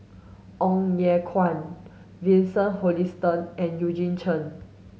Ong Ye Kung Vincent Hoisington and Eugene Chen